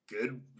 good